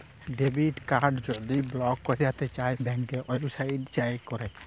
debit card যদি block ক্যইরতে চাই ব্যাংকের ওয়েবসাইটে যাঁয়ে ক্যরে